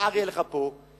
מחר יהיו לך פה 10,000